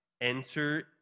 Enter